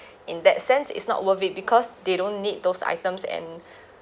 in that sense it's not worth it because they don't need those items and